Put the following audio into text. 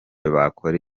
bakora